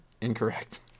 Incorrect